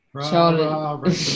Charlie